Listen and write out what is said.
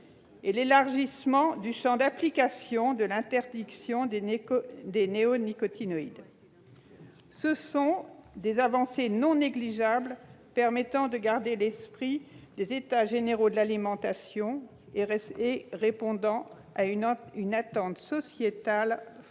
et l'élargissement du champ d'application de l'interdiction des néonicotinoïdes. Ce sont des avancées non négligeables, permettant de conserver l'esprit des États généraux de l'alimentation et répondant à une attente sociétale forte.